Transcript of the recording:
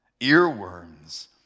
Earworms